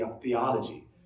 theology